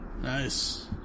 Nice